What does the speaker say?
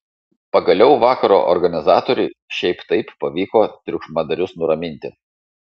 pagaliau vakaro organizatoriui šiaip taip pavyko triukšmadarius nuraminti